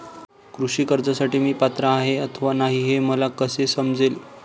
कृषी कर्जासाठी मी पात्र आहे अथवा नाही, हे मला कसे समजेल?